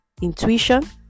intuition